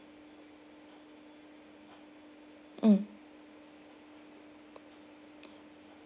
um